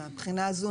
בבחינה הזו,